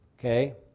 Okay